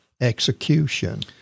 execution